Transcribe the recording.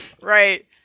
right